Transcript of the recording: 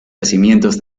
yacimientos